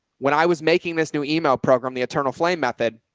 when i was making this new email program, the eternal flame method,